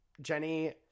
Jenny